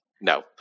No